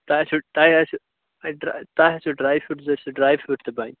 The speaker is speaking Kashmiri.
تۄہہِ آسٮ۪وٕ تۄہہ آسٮ۪وٕ ڈرے ڈرٛاے فرٛوٗٹ سُہ ڈرٛاے فروٗٹ تہِ بنہِ